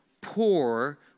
poor